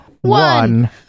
one